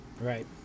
Right